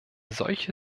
solche